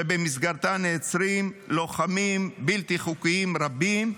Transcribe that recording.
שבמסגרתה נעצרים לוחמים בלתי חוקיים רבים,